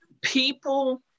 people